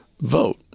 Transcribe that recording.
Vote